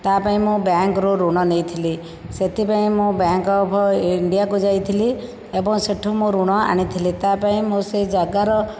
ତା' ପାଇଁ ମୁଁ ବ୍ୟାଙ୍କରୁ ରଣ ନେଇଥିଲି ସେଥିପାଇଁ ମୁଁ ବ୍ୟାଙ୍କ ଅଫ ଇଣ୍ଡିଆକୁ ଯାଇଥିଲି ଏବଂ ସେଇଠୁ ମୁଁ ଋଣ ଆଣିଥିଲି ତା ପାଇଁ ମୁଁ ସେଇ ଜାଗାର